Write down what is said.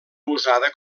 usada